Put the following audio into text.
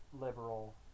liberal